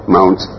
Mount